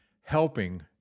helping